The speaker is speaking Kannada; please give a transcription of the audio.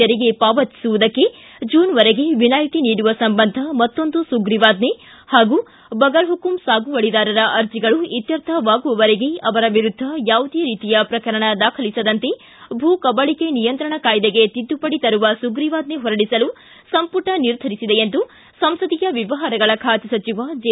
ತೆರಿಗೆ ಪಾವತಿಸುವುದಕ್ಕೆ ಜೂನ್ವರೆಗೆ ವಿನಾಯತಿ ನೀಡುವ ಸಂಬಂಧ ಮತ್ತೊಂದು ಸುಗ್ರೀವಾಜ್ಞೆ ಹಾಗೂ ಬಗರಹುಕುಂ ಸಾಗುವಳಿದಾರರ ಅರ್ಜಿಗಳು ಇತ್ತರ್ಥವಾಗುವವರೆಗೆ ಅವರ ವಿರುದ್ಧ ಯಾವುದೇ ರೀತಿಯ ಪ್ರಕರಣ ದಾಖಲಿಸದಂತೆ ಭೂ ಕಬಳಿಕೆ ನಿಯಂತ್ರಣ ಕಾಯ್ಲೆಗೆ ತಿದ್ಲುಪಡಿ ತರುವ ಸುಗ್ರೀವಾಜ್ಞೆ ಹೊರಡಿಸಲು ಸಂಪುಟ ನಿರ್ಧರಿಸಿದೆ ಎಂದು ಸಂಸದೀಯ ವ್ವವಹಾರಗಳ ಖಾತೆ ಸಚಿವ ಜೆ